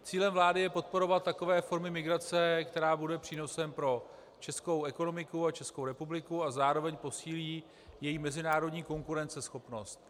Cílem vlády je podporovat takové formy migrace, která bude přínosem pro českou ekonomiku a Českou republiku a zároveň posílí její mezinárodní konkurenceschopnost.